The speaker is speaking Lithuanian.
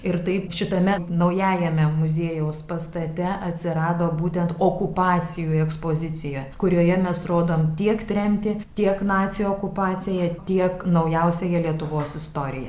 ir taip šitame naujajame muziejaus pastate atsirado būtent okupacijų ekspozicija kurioje mes rodome tiek tremtį tiek nacių okupaciją tiek naujausiąją lietuvos istoriją